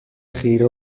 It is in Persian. خیره